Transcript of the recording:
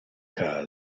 que